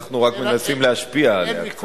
אנחנו רק מנסים להשפיע עליה.